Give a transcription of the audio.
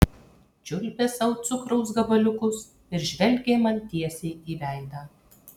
čiulpė sau cukraus gabaliukus ir žvelgė man tiesiai į veidą